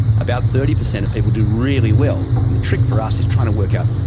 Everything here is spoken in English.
about thirty percent of people do really well, and the trick for us is trying to work out,